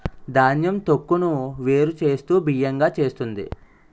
ధాన్యం తొక్కును వేరు చేస్తూ బియ్యం గా చేస్తుంది